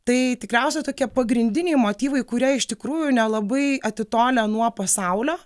tai tikriausiai tokie pagrindiniai motyvai kurie iš tikrųjų nelabai atitolę nuo pasaulio